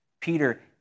Peter